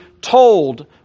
told